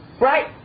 Right